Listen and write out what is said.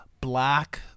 black